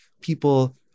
people